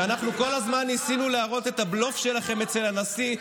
שאנחנו כל הזמן ניסינו להראות את הבלוף שלכם אצל הנשיא,